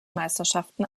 meisterschaften